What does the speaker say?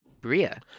Bria